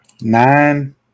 Nine